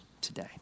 today